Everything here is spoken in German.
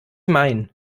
meinen